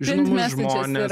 žinomus žmones